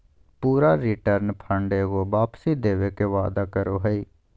पूरा return fund एगो वापसी देवे के वादा करो हइ